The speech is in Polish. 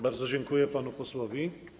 Bardzo dziękuję panu posłowi.